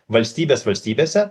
valstybės valstybėse